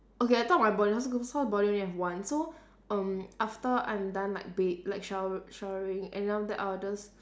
okay I thought my body body I only have one so um after I'm done like ba~ like shower showering and then after that I'll just